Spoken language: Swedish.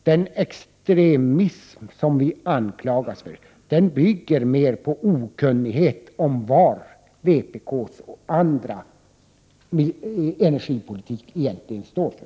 Den extremism som vi anklagas för bygger mera på okunnighet om vad vpk:s och andras energipolitik egentligen står för.